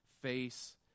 face